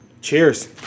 cheers